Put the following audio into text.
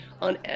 on-